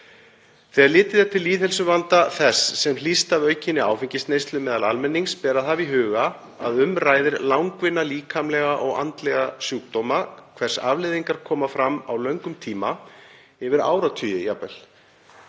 Þegar litið er til lýðheilsuvandans sem hlýst af aukinni áfengisneyslu meðal almennings ber að hafa í huga að um er að ræða langvinna, líkamlega og andlega sjúkdóma þar sem afleiðingarnar koma fram á löngum tíma, yfir áratugi